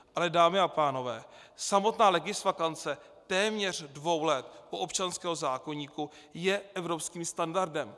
Ale dámy a pánové, samotná legisvakance téměř dvou let u občanského zákoníku je evropským standardem.